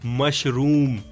mushroom